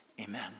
Amen